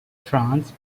france